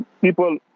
people